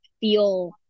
feel